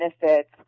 benefits